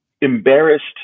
embarrassed